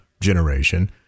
generation